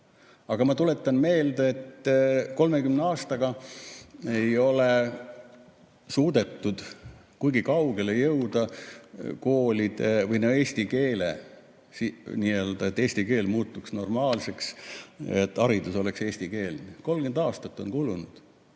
Aga ma tuletan meelde, et 30 aastaga ei ole suudetud kuigi kaugele jõuda eesti keelega koolides, selleni, et eesti keel muutuks normaalseks ja haridus oleks eestikeelne. 30 aastat on kulunud.